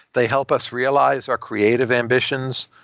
they help us realize our creative ambitions.